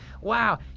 Wow